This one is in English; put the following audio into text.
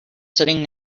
sitting